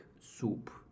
soup